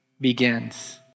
begins